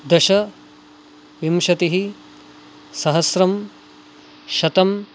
दश विंशतिः सहस्रम् शतम्